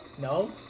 no